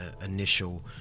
initial